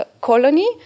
colony